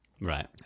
Right